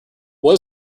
what